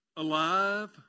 Alive